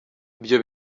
ibyo